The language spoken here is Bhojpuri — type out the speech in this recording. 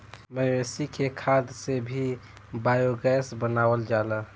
मवेशी के खाद से भी बायोगैस बनावल जाला